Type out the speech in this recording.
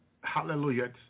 hallelujah